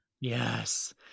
yes